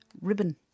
ribbon